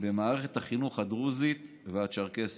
במערכת החינוך הדרוזית והצ'רקסית.